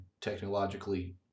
technologically